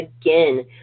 again